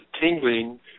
tingling